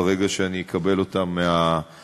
ברגע שאני אקבל אותן מהמשטרה.